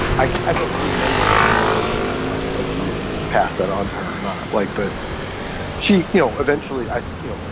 i i don't remember or know my my wife, like, really pass that on to her. not like but she you know, eventually i you know,